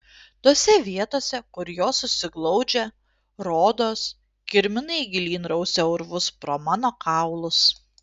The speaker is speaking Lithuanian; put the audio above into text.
tose vietose kur jos susiglaudžia rodos kirminai gilyn rausia urvus pro mano kaulus